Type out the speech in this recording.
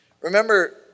Remember